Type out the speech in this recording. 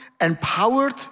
empowered